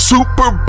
Super